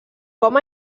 com